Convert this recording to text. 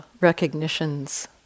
recognitions